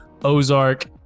Ozark